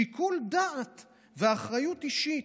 שיקול דעת ואחריות אישית,